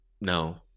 No